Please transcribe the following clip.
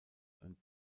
und